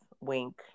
Wink